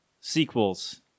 sequels